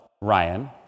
Ryan